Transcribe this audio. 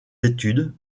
études